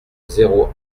zéro